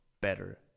better